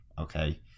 okay